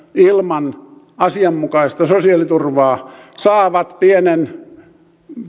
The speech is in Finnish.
ilman asianmukaista sosiaaliturvaa saavat verotukseensa pienen